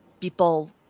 people